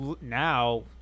now